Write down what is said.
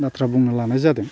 बाथ्रा बुंनो लानाय जादों